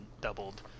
doubled